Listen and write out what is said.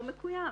לא מקוים.